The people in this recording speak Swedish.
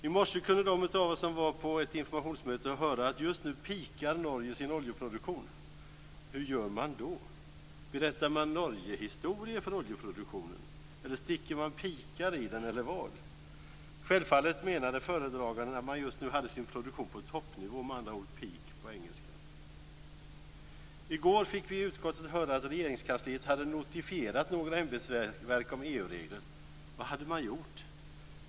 I morse kunde de av oss som var på ett informationsmöte höra att just nu "peakar" Norge sin oljeproduktion. Hur gör man då? Berättar man Norgehistorier för oljeproduktionen? Sticker man pikar i den, eller vad? Självfallet menade föredraganden att man just nu hade sin produktion på toppnivå, med andra ord peak på engelska. I går fick vi i utskottet höra att Regeringskansliet hade "notifierat" några ämbetsverk om EU-regler. Vad hade man gjort?